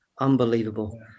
Unbelievable